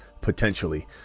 potentially